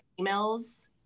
emails